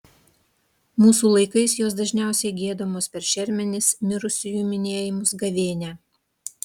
mūsų laikais jos dažniausiai giedamos per šermenis mirusiųjų minėjimus gavėnią